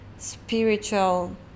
Spiritual